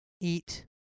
eat